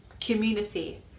community